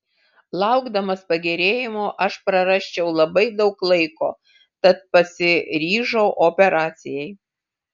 laukdamas pagerėjimo aš prarasčiau labai daug laiko tad pasiryžau operacijai